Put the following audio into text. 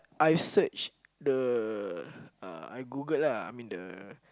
I searched the uh I Googled lah I mean the